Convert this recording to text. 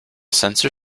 sensor